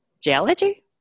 geology